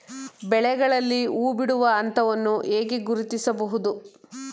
ಬೆಳೆಗಳಲ್ಲಿ ಹೂಬಿಡುವ ಹಂತವನ್ನು ಹೇಗೆ ಗುರುತಿಸುವುದು?